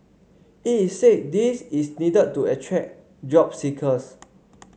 it is say this is needed to attract job seekers